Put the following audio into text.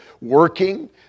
working